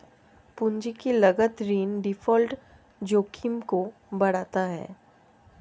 पूंजी की लागत ऋण डिफ़ॉल्ट जोखिम को बढ़ाता है